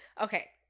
Okay